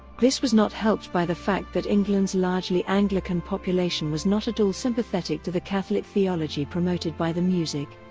this was not helped by the fact that england's largely anglican population was not at all sympathetic to the catholic theology promoted by the music.